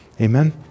Amen